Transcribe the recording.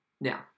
Now